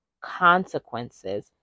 consequences